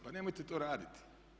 Pa nemojte to raditi.